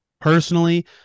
personally